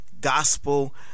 gospel